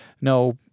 no